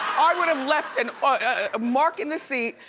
i would've left and ah a mark in the seat,